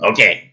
Okay